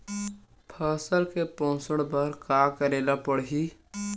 फसल के पोषण बर का करेला पढ़ही?